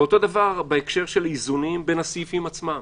אותו דבר בהקשר של איזונים בין הסעיפים עצמם